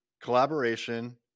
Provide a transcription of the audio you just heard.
collaboration